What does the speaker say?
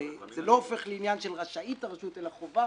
זה לא הופך לעניין של רשאית הרשות, אלא חובה.